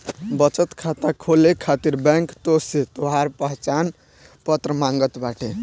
बचत खाता खोले खातिर बैंक तोहसे तोहार पहचान पत्र मांगत बाटे